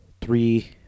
three